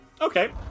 Okay